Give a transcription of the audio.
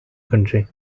country